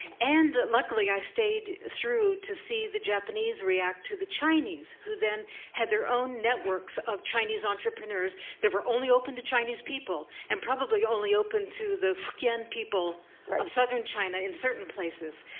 and luckily, i stayed through to see the japanese react to the chinese who then had their own networks of chinese entrepreneurs that were only open to chinese people and probably only open to the fujian people of southern china in certain places.